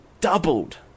Doubled